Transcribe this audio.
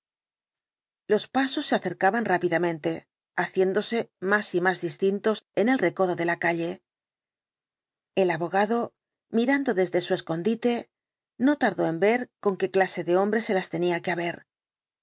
los pasos se acercaban rápidamente haciéndose más y más distintos en el recodo de la calle el abogado mirando desde su escondite no tardó en ver con qué clase de hombre se las tenía que haber